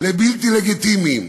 לבלתי לגיטימיים,